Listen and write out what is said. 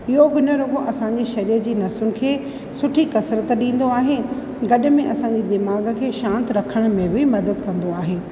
योगु न रुॻो असां जे शरीर जी नसुनि खे सुठी कसरत ॾींदो आहे गॾु में असां जे दिमाग़ खे शांत रखण में बि मदद कंदो आहे